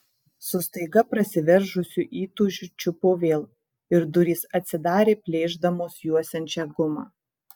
su staiga prasiveržusiu įtūžiu čiupo vėl ir durys atsidarė plėšdamos juosiančią gumą